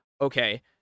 okay